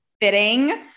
Fitting